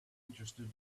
interested